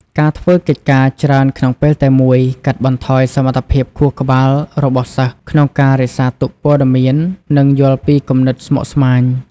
ការធ្វើកិច្ចការច្រើនក្នុងពេលតែមួយ កាត់បន្ថយសមត្ថភាពខួរក្បាលរបស់សិស្សក្នុងការរក្សាទុកព័ត៌មាន និងយល់ពីគំនិតស្មុគស្មាញ។